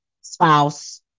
spouse